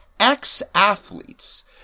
Ex-athletes